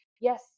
yes